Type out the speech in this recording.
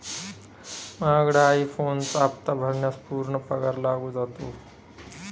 महागडा आई फोनचा हप्ता भरण्यात पूर्ण पगार लागून जातो